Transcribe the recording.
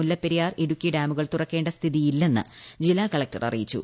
മുല്ലപ്പെരിയാർ ഇടുക്കി ഡാമുകൾ തുറക്കേണ്ട സ്ഥിതിയില്ലെസ്സ് ജില്ലാകളക്ടർ അറിയിച്ചു